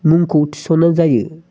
मुंखौ थिसननाय जायो